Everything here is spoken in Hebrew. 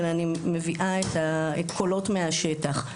אלא מביאה את הקולות מהשטח.